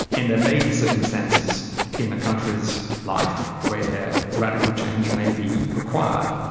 and there may be circumstances in a country's life where radical change may be required.